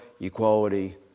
equality